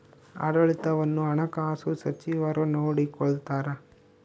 ಆಡಳಿತವನ್ನು ಹಣಕಾಸು ಸಚಿವರು ನೋಡಿಕೊಳ್ತಾರ